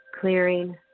clearing